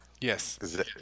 Yes